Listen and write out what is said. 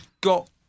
got